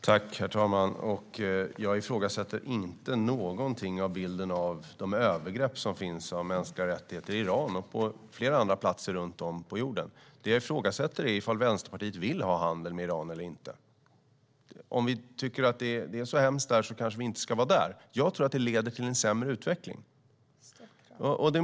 Herr talman! Jag ifrågasätter inte de övergrepp på mänskliga rättigheter som finns i Iran och på flera andra platser på jorden. Det jag ifrågasätter är om Vänsterpartiet vill ha handel med Iran eller inte. Om vi tycker att det är så hemskt där ska vi kanske inte vara där, men jag tror att det leder till en sämre utveckling.